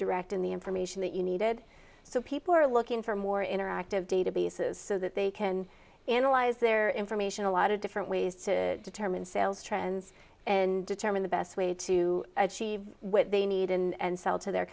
direct in the information that you needed so people are looking for more interactive databases so that they can analyze their information a lot of different ways to determine sales trends and determine the best way to achieve they need and sell to their